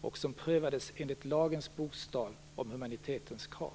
och fallet prövades enligt lagens bokstav om humanitetens krav.